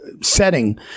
setting